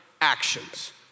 actions